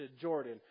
Jordan